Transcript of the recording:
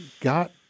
Got